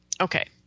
Okay